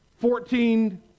Fourteen